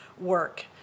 work